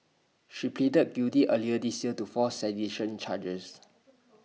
she pleaded guilty earlier this year to four sedition charges